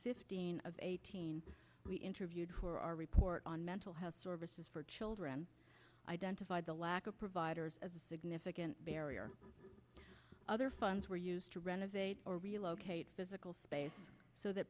fifteen of eighteen we interviewed for our report on mental health services for children identified the lack of providers as a significant barrier other funds were used to renovate or relocate physical space so that